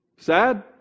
Sad